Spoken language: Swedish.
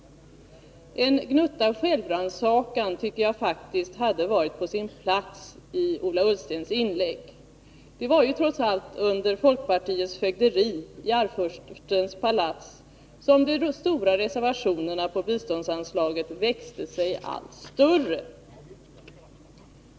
En gnutta självrannsakan tycker jag faktiskt hade varit på sin plats i Ola Ullstens inlägg. Det var ju trots allt under folkpartiets fögderii Arvfurstens palats som de stora reservationerna på biståndsanslaget växte sig allt större.